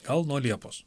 gal nuo liepos